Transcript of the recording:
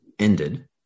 ended